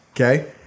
Okay